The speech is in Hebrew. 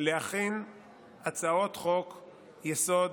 להכין הצעות חוק-יסוד,